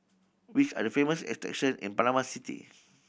which are the famous attraction in Panama City